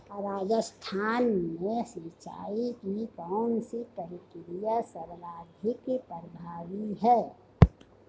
राजस्थान में सिंचाई की कौनसी प्रक्रिया सर्वाधिक प्रभावी है?